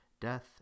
death